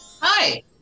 hi